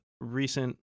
recent